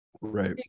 Right